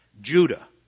Judah